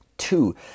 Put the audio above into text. Two